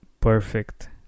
perfect